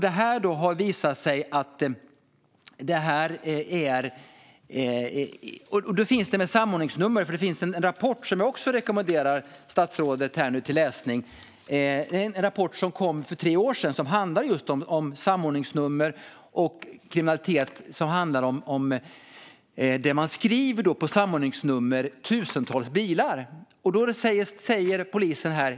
Det finns en rapport, som jag också rekommenderar statsrådet att läsa. Den kom för tre år sedan och handlar just om samordningsnummer och kriminalitet. Det handlar om att man skriver tusentals bilar på samordningsnummer.